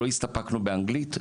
לא הסתפקנו באנגלית,